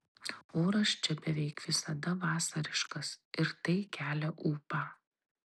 oras čia beveik visada vasariškas ir tai kelia ūpą